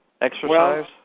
exercise